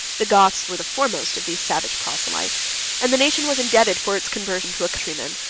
the goths were the foremost of these savage proselytes and the nation was indebted for its conversion to a countryman,